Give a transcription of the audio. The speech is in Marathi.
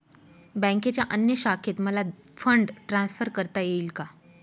बँकेच्या अन्य शाखेत मला फंड ट्रान्सफर करता येईल का?